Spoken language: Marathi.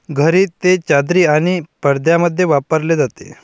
घरी ते चादरी आणि पडद्यांमध्ये वापरले जाते